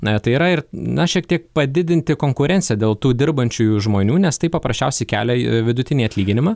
na tai yra ir na šiek tiek padidinti konkurenciją dėl tų dirbančiųjų žmonių nes tai paprasčiausiai kelia vidutinį atlyginimą